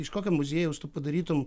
iš kokio muziejaus tu padarytum